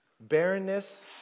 Barrenness